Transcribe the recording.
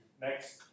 next